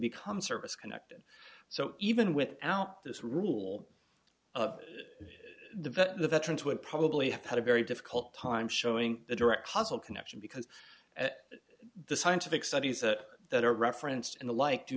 become service connected so even without this rule of the veteran to and probably have had a very difficult time showing the direct causal connection because at the scientific studies that are referenced and the like do